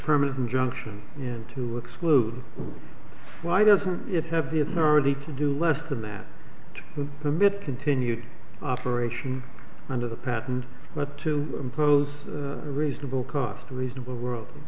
permanent injunction and to exclude why doesn't it have the authority to do less than that the mid continued operation under the patent not to impose reasonable cost reasonable world